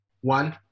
one